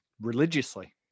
religiously